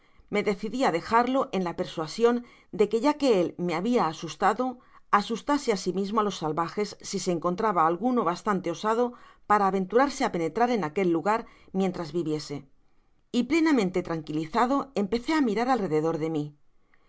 me decidi á dejarlo en la persuasion de que ya que él me había asustado asustase asimismo á los salvajes si se encontraba alguno bastante osado para aventurarse á penetrar en aquel lugar mientras viviese y plenamente tranquilizado empecé á mirar alrededor de mi me parecio que